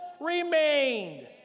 remained